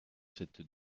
cette